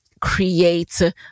create